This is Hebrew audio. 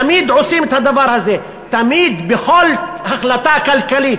תמיד עושים את הדבר הזה, תמיד, בכל החלטה כלכלית.